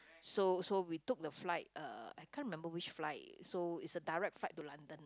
so so we took the flight uh I can't remember which flight so it's a direct flight to London